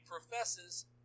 professes